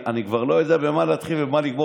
אני כבר לא יודע במה להתחיל ובמה לגמור